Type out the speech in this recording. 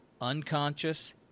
unconscious